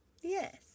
Yes